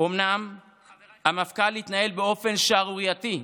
אומנם המפכ"ל התנהל באופן שערורייתי,